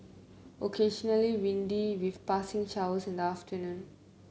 occasionally windy with passing showers in the afternoon